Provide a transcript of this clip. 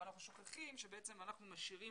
אבל אנחנו שוכחים שבעצם אנחנו משאירים